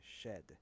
shed